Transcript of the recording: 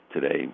today